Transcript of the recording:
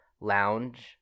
lounge